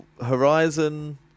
Horizon